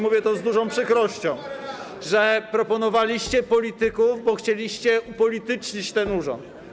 Mówię z dużą przykrością, że proponowaliście polityków, bo chcieliście upolitycznić ten urząd.